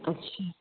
अच्छा